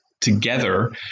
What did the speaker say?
together